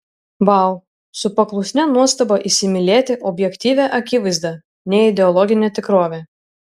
vau su paklusnia nuostaba įsimylėti objektyvią akivaizdą neideologinę tikrovę